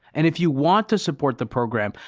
and if you want to support the program,